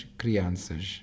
crianças